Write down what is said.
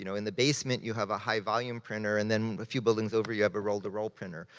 you know in the basement, you have a high-volume printer, and then a few buildings over, you have a roll-to-roll printer.